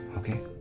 Okay